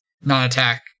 non-attack